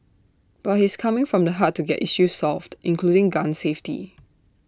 but he's coming from the heart to get issues solved including gun safety